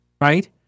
right